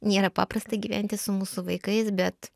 nėra paprasta gyventi su mūsų vaikais bet